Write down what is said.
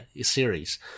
series